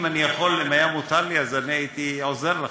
אם הייתי יכול, אם היה מותר לי, הייתי עוזר לך,